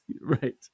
Right